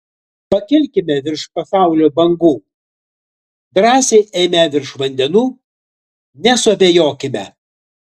pakilkime virš pasaulio bangų drąsiai eime virš vandenų nesuabejokime